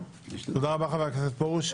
תודה רבה, חבר הכנסת פרוש.